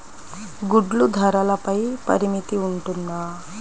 గుడ్లు ధరల పై పరిమితి ఉంటుందా?